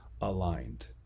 aligned